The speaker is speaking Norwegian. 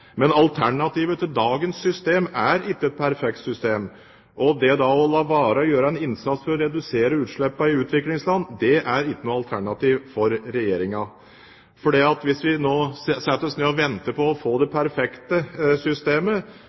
Men alternativet til dagens system er ikke et perfekt system, og det å la være å gjøre en innsats for å redusere utslippene i utviklingsland er ikke noe alternativ for Regjeringen. For hvis vi nå setter oss ned og venter på å få det perfekte systemet,